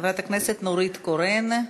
חברת הכנסת נורית קורן.